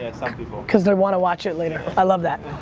ah some people. cause they wanna watch it later. i love that.